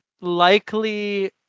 likely